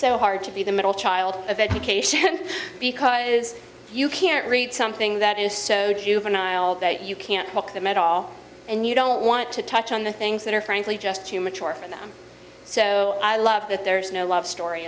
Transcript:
so hard to be the middle child of education because you can't read something that is so do you have an aisle that you can't make them at all and you don't want to touch on the things that are frankly just too mature for them so i love that there is no love story